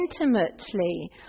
intimately